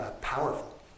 powerful